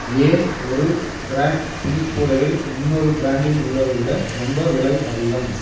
ஏன் ஒரு ப்ராண்ட் துணிக் கூடைகள் இன்னொரு ப்ராண்டில் உள்ளதை விட ரொம்ப விலை அதிகம்